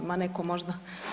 Ima netko možda?